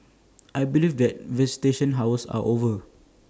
I believe that visitation hours are over